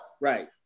Right